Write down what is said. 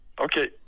Okay